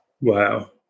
wow